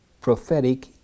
prophetic